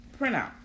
printout